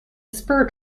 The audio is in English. spur